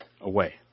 away